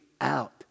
out